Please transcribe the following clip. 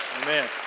amen